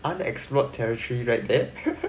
unexplored territory right there